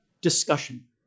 discussion